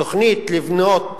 תוכנית לבנות